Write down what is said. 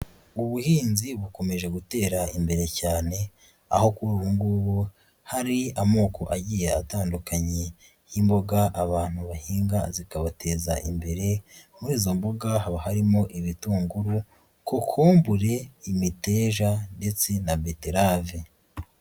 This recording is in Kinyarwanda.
Ubuhinzi bukomeje gutera imbere cyane, aho kuri ubu ngubu hari amoko agiye atandukanye y'imboga abantu bahinga zikabateza imbere muri izo mboga haba harimo ibitunguru, kokombure, imiteja ndetse na beterave.